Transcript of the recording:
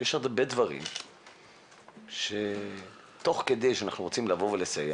יש עוד הרבה דברים שתוך כדי שאנחנו רוצים לסייע,